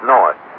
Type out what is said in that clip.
North